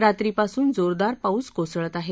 रात्री पासून जोरदार पाऊस कोसळत आहे